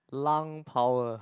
lung power